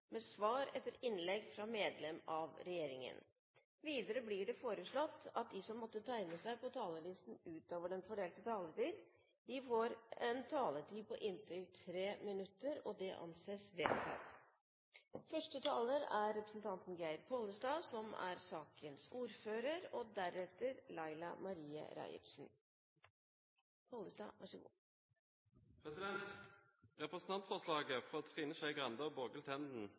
med svar etter innlegget fra medlem av regjeringen innenfor den fordelte taletid. Videre blir det foreslått at de som måtte tegne seg på talerlisten utover den fordelte taletid, får en taletid på inntil 3 minutter. – Det anses vedtatt. Representantforslaget fra Trine Skei Grande og Borghild Tenden